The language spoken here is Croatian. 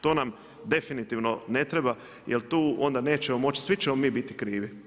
To nam definitivno ne treba jer tu onda nećemo moći, svi ćemo mi biti krivi.